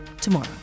tomorrow